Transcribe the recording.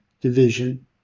Division